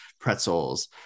pretzels